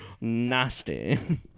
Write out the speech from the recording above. Nasty